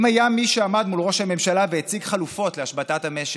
אם היה מי שעמד מול ראש הממשלה הציג חלופות להשבתת המשק,